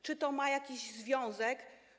Czy to ma jakiś związek?